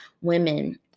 women